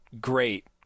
great